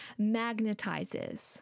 magnetizes